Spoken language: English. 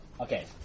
Okay